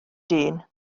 dyn